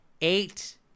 eight